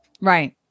Right